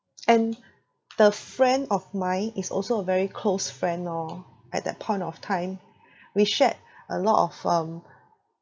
and the friend of mine is also a very close friend orh at that point of time we shared a lot of um